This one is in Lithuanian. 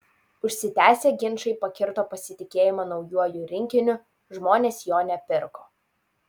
užsitęsę ginčai pakirto pasitikėjimą naujuoju rinkiniu žmonės jo nepirko